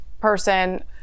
person